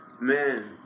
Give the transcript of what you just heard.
Man